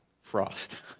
Frost